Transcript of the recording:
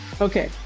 Okay